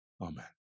Amen